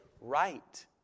...right